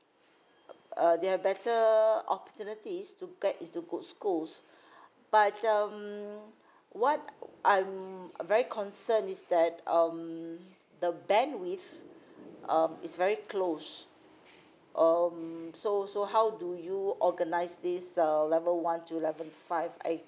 uh they have better opportunities to get into good schools but um what I'm very concerned is that um the bandwidth um is very close um so so how do you organise this uh level one to level five I